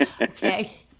Okay